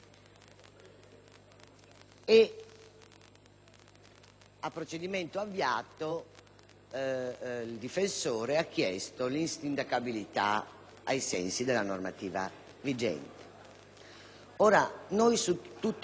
a procedimento avviato, il difensore ha chiesto l'insindacabilità ai sensi della normativa vigente. Noi su tutti questi provvedimenti voteremo